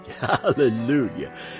Hallelujah